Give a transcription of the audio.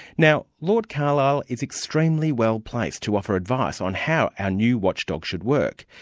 now lord carlile is extremely well placed to offer advice on how our new watchdog should work,